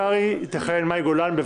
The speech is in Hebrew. חבר אחד: ניצן הורוביץ,